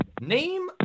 name